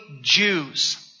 Jews